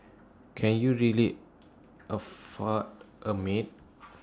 can you really afford A maid